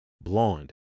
Blonde